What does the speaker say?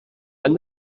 han